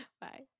Bye